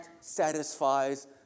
satisfies